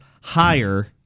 higher